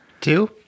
two